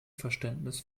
verständnis